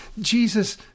Jesus